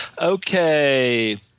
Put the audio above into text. Okay